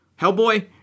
Hellboy